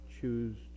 choose